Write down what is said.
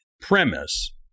premise